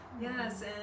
Yes